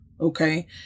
Okay